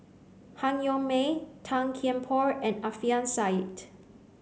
Han Yong May Tan Kian Por and Alfian Sa'at